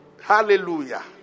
Hallelujah